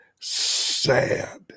sad